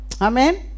amen